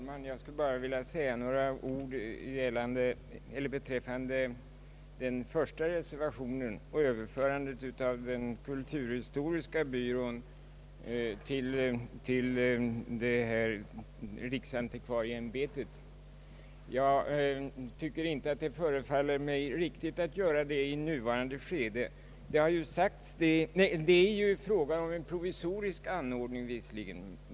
Herr talman! Jag ber att få säga några ord beträffande den första reservationen, som gäller överförandet av den kulturhistoriska byrån till riksantikvarieämbetet. Jag tycker inte att det är riktigt att i nuvarande skede göra denna överföring. Det är visserligen fråga om en provisorisk anordning.